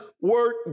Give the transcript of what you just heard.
Work